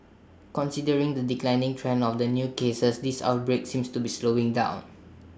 considering the declining trend of new cases this outbreak seems to be slowing down